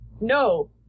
no